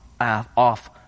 off